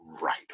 right